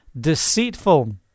deceitful